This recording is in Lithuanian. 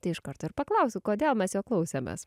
tai iš karto ir paklausiu kodėl mes jo klausėmės